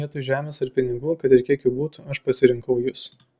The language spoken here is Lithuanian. vietoj žemės ar pinigų kad ir kiek jų būtų aš pasirinkau jus